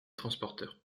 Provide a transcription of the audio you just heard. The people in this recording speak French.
transporteurs